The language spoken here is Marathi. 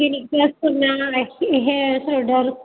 क्लिनिक प्लस पुन्हा हे हेअर सोर्डर